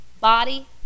body